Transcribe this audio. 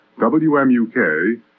WMUK